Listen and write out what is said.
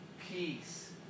peace